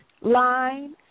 line